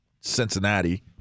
Cincinnati